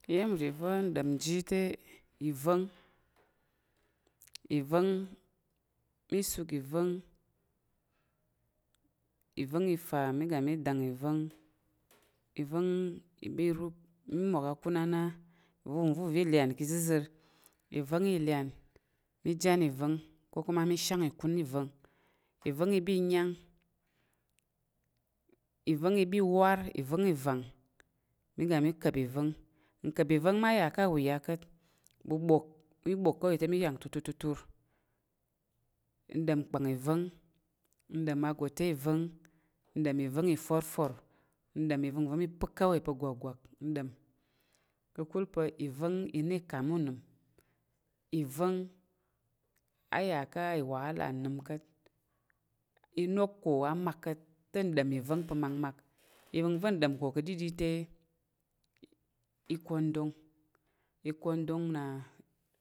Iyəmri vo ngdom ji te ivong. ivong mə suk ivong, ivong ifa mə dang ivong. ivong iba irup, mə mwak akun ana veng vo uze lyan, mə jan ivong ko kuma mə shang ikun ivong. Ivong iba inəng, ivong iba iwor, ivong ivangs məga mə kap ivong. Ngkwam ivong m aya ka a "wuya" kat, bu bok, mə bok kawai tə mə yang tutur tutur. Ngdom kpang ivong, ngdom a "gote" ivong, ngdom ivong iforfor, ngdom ivengvo mə pək kawai pa gwakgwak, ngdom kəkul pa ivong ina ikam unəm. ivong aya ka "iwahala" ngnəm kat. Inok ko a makmak. Ivenəngvo ngdom ko kə dədə tə ikondong, ikondong na.